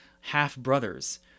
half-brothers